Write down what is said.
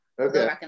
Okay